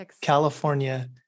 California